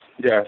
Yes